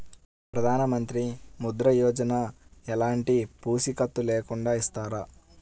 ప్రధానమంత్రి ముద్ర యోజన ఎలాంటి పూసికత్తు లేకుండా ఇస్తారా?